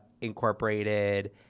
incorporated